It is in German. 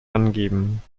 angeben